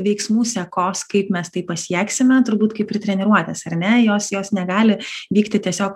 veiksmų sekos kaip mes tai pasieksime turbūt kaip ir treniruotės ar ne jos jos negali vykti tiesiog